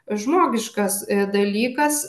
žmogiškas dalykas